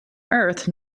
earth